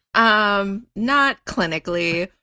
um not clinically,